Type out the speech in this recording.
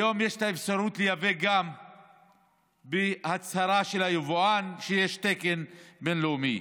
היום יש אפשרות לייבא גם בהצהרה של היבואן שיש תקן בין-לאומי.